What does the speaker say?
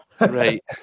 Right